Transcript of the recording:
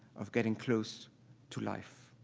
of getting close to life.